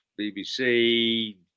BBC